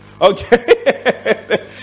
Okay